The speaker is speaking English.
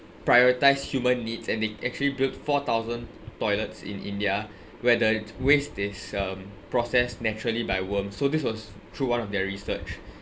prioritise human needs and they actually built four thousand toilets in india where the waste is um processed naturally by worm so this was through one of their research